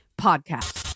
Podcast